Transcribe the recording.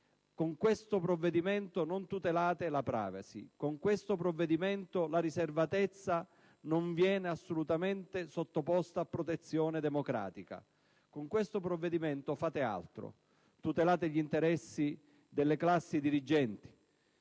Con questo provvedimento non tutelate la *privacy*; con questo provvedimento la riservatezza non viene assolutamente sottoposta a protezione democratica; con questo provvedimento fate altro: tutelate gli interessi delle classi dirigenti,